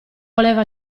voleva